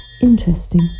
Interesting